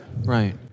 right